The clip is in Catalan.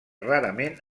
rarament